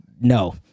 no